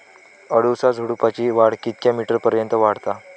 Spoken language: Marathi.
अडुळसा झुडूपाची वाढ कितक्या मीटर पर्यंत वाढता?